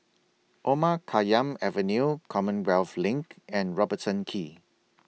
Omar Khayyam Avenue Commonwealth LINK and Robertson Quay